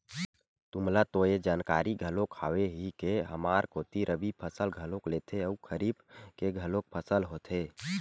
तुमला तो ये जानकारी घलोक हावे ही के हमर कोती रबि फसल घलोक लेथे अउ खरीफ के घलोक फसल होथे